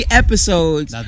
episodes